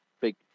Big